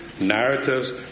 narratives